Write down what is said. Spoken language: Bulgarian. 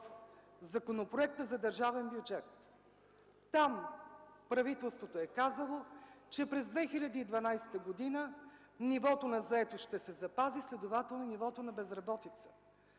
Законопроекта за държавния бюджет. Там правителството е казало, че през 2012 г. нивото на заетост ще се запази, следователно – нивото на безработица.